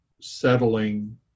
settling